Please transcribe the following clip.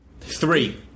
Three